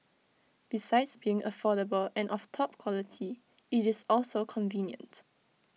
besides being affordable and of top quality IT is also convenient